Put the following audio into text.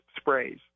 sprays